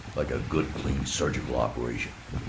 like a good clean surgical operation.